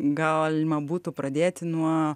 galima būtų pradėti nuo